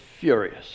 furious